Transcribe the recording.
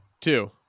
two